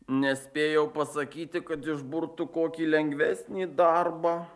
nespėjau pasakyti kad išburtų kokį lengvesnį darbą